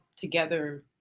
Together